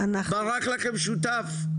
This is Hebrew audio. ברח לכם שותף,